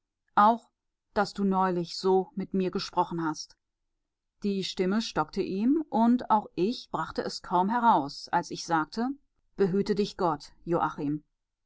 auch daß du neulich so mit mir gesprochen hast die stimme stockte ihm und auch ich brachte es kaum heraus als ich sagte behüte dich gott